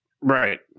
Right